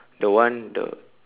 the one the